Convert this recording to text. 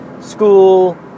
school